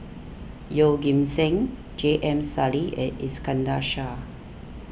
Yeoh Ghim Seng J M Sali and Iskandar Shah